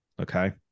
Okay